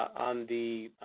on the